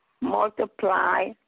multiply